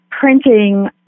Printing